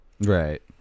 Right